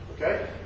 Okay